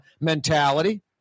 mentality